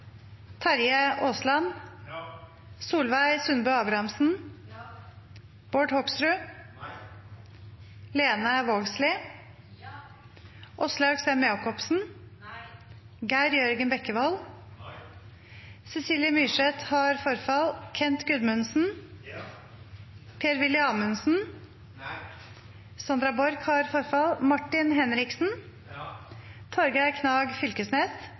Terje Aasland, Solveig Sundbø Abrahamsen, Lene Vågslid, Kent Gudmundsen, Martin Henriksen, Torgeir Knag Fylkesnes,